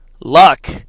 luck